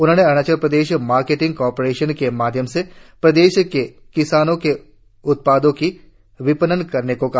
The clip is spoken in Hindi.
उन्होंने अरुणाचल प्रदेश मार्केटिंग कारपोरेशन के माध्यम से प्रदेश के किसानों के उत्पादों का विपणन करने को कहा